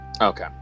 Okay